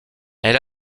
elle